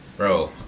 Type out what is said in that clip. Bro